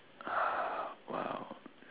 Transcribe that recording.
uh !wow!